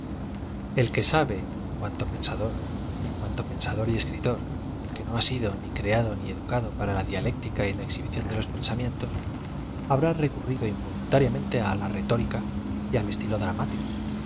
l que sabe en cuanto pensador en cuanto pen sador eacritor que no ha sido ni creado ni educado para la dialéctica la exhibición de los pensamientos habrá recurrido involuntariamente á la retórica al estilo dramático